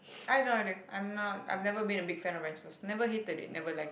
I have no idea I'm not I'm never been a big fan of races never hated it never liked it